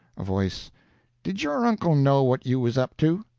a voice did your uncle know what you was up to?